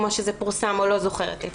כמו שזה פורסם או לא זוכרת איפה.